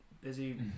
busy